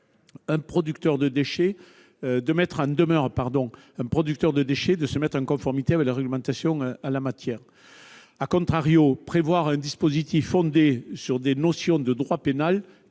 un producteur de déchets de se mettre en conformité avec la réglementation en la matière., un dispositif se fondant sur des notions de droit pénal,